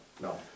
No